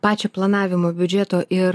pačio planavimo biudžeto ir